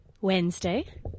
Wednesday